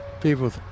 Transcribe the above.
People